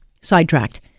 sidetracked